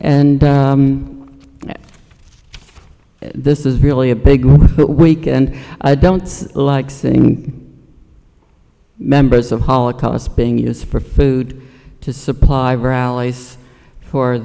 and this is really a big week and i don't like sitting members of holocaust being used for food to supply rallies for